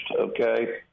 okay